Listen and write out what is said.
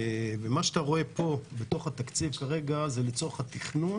מה שאתה רואה פה בתוך התקציב כרגע זה לצורך התכנון